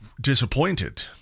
disappointed